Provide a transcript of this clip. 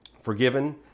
forgiven